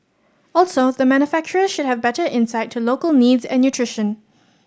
also the manufacturers should have better insight to local needs and nutrition